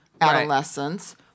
adolescence